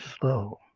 slow